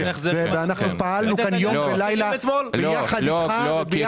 אנחנו פעלנו כאן יום ולילה ביחד אתך וביחד עם אלכס.